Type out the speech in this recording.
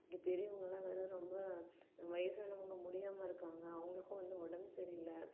இங்கே பெரியவங்கள்லாம் வேறே ரொம்ப வயிசானவங்க முடியாமல் இருக்காங்க அவங்களுக்கும் வந்து உடம்பு சரியில்லை